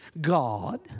God